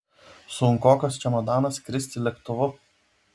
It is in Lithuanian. sunkokas čemodanas skristi lėktuvu